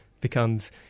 becomes